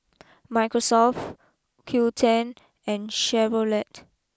Microsoft Qoo ten and Chevrolet